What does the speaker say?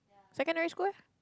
secondary school eh